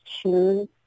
choose